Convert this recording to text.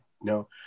no